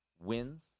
wins